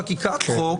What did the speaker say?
חקיקת חוק